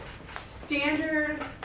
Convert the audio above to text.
standard